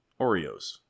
Oreos